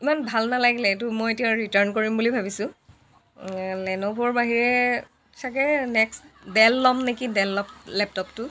ইমান ভাল নালাগিলে এইটো মই এতিয়া ৰিটাৰ্ণ কৰিম বুলি ভাবিছোঁ লেন'ভ'ৰ বাহিৰে চাগৈ নেক্সট ডেল ল'ম নেকি ডেল লপ লেপটপটো